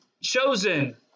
chosen